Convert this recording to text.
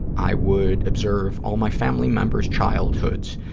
i would observe all my family members' childhoods,